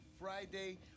friday